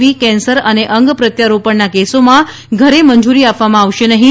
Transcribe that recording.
વી cancer અને અંગ પ્રત્યારોપણના કેસોમાં ઘરે મંજૂરી આપવામાં આવશે નહીં